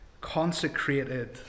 consecrated